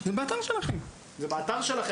--- זה באתר שלכם גם.